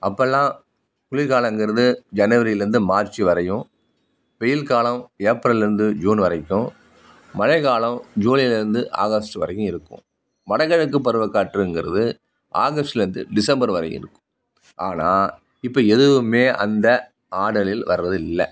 அப்பெலாம் குளிர்காலங்கிறது ஜனவரிலேருந்து மார்ச் வரையும் வெயில்காலம் ஏப்ரல்லேருந்து ஜூன் வரைக்கும் மழைக்காலம் ஜூலைலேருந்து ஆகஸ்ட் வரைக்கும் இருக்கும் வடகிழக்கு பருவக்காற்றுங்கிறது ஆகஸ்ட்லேருந்து டிசம்பர் வரையும் இருக்கும் ஆனால் இப்போ எதுவுமே அந்த ஆடரில் வரது இல்லை